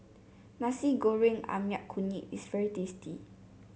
Nasi Goreng ayam kunyit is very tasty